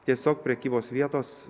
tiesiog prekybos vietos